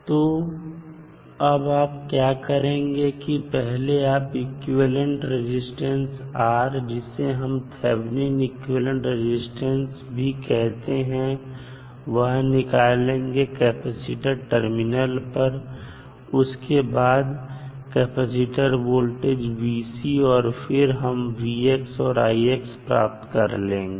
तो अब आप क्या करेंगे कि पहले आप इक्विवेलेंट रजिस्टेंस R जिसे हम थैबनिन इक्विवेलेंट रजिस्टेंस भी कहते हैं वह निकालेंगे कैपेसिटर टर्मिनल पर और उसके बाद कैपेसिटर वोल्टेज और फिर से हम और प्राप्त कर लेंगे